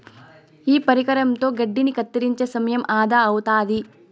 ఈ పరికరంతో గడ్డిని కత్తిరించే సమయం ఆదా అవుతాది